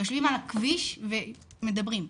יושבים על הכביש ומדברים,